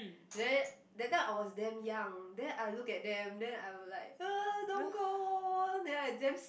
then that time I was damn young then I look at them then I will like don't go then I damn